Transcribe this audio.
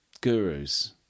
gurus